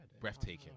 Breathtaking